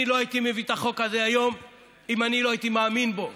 אני לא הייתי מביא את החוק הזה היום אם לא הייתי מאמין בו.